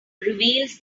reveals